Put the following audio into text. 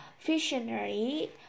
visionary